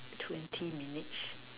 twenty minutes